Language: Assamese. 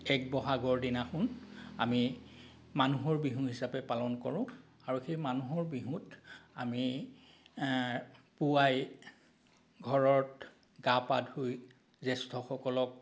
এক বহাগৰ দিনাখন আমি মানুহৰ বিহু হিচাপে পালন কৰোঁ আৰু সেই মানুহৰ বিহুত আমি পুৱাই ঘৰত গা পা ধুই জ্য়েষ্ঠসকলক